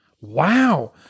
wow